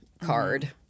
card